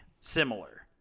similar